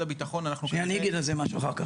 הביטחון אנחנו --- אני אגיד על זה משהו אחר כך.